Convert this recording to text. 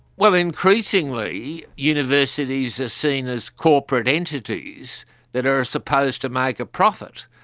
well, increasingly universities are seen as corporate entities that are supposed to make a profit.